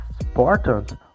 important